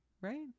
right